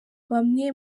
bamwe